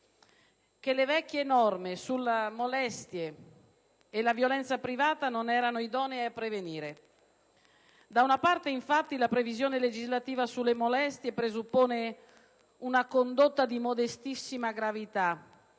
che le vecchie norme sulle molestie e la violenza privata non erano idonee a prevenire. Da una parte, infatti, la previsione legislativa sulle molestie presuppone una condotta di modestissima gravità,